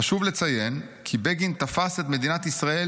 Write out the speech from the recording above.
חשוב לציין כי בגין תפס את מדינת ישראל